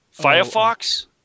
Firefox